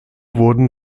wurden